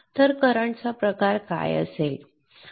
तर करंटचा प्रकार काय असेल